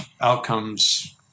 outcomes